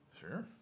Sure